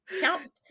count